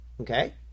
Okay